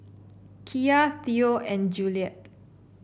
Kiya Theo and Juliette